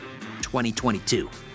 2022